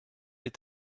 est